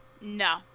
No